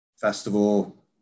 festival